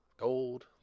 Gold